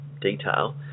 detail